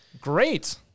Great